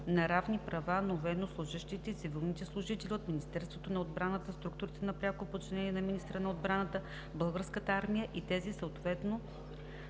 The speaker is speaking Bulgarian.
на равни права на военнослужещите и цивилните служители от Министерството на отбраната, структурите на пряко подчинение на министъра на отбраната, Българската армия и тези, съответно